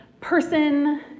person